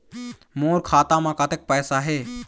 मोर खाता म कतक पैसा हे?